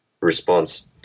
response